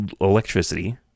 electricity